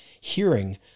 hearing